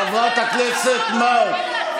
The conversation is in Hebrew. חברת הכנסת מארק,